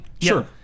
Sure